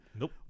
Nope